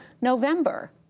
November